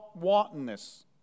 wantonness